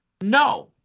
No